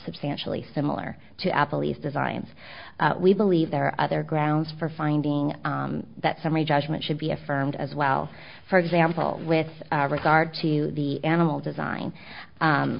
substantially similar to apple e's designs we believe there are other grounds for finding that summary judgment should be affirmed as well for example with regard to the animal design